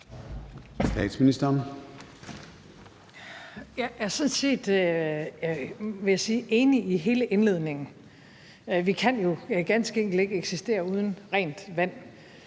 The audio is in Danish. Jeg er sådan set enig i hele indledningen, vil jeg sige. Vi kan jo ganske enkelt ikke eksistere uden rent vand,